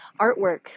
artwork